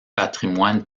patrimoine